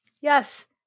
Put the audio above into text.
Yes